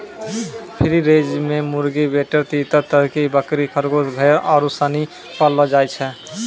free range मे मुर्गी, बटेर, तीतर, तरकी, बकरी, खरगोस, भेड़ आरु सनी पाललो जाय छै